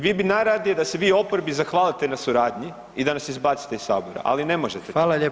Vi bi najradije da se vi oporbi zahvalite na suradnji i da nas izbacite iz Sabora, ali ne možete.